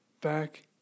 back